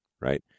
Right